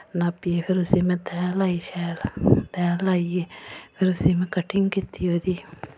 नापियै फिर उस्सी में तैह् लाई शैल तैऽ लाइयै फिर उस्सी में कटिंग कीती ओह्दी